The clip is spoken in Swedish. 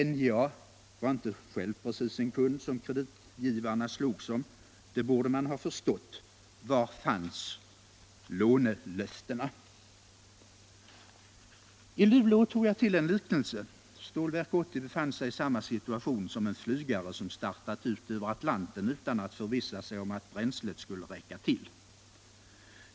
NJA var inte precis en kund som kreditgivarna slogs om — det borde man ha förstått. Var fanns lånelöftena? I Luleå tog jag till en liknelse: Stålverk 80 befann sig i samma situation som en flygare, som startat färden ut över Atlanten utan att förvissa sig om att bränslet skulle räcka till.